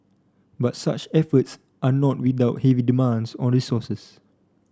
but such efforts are not without heavy demands on resources